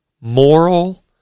moral